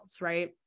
right